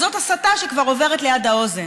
זאת הסתה שכבר עוברת ליד האוזן.